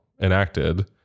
enacted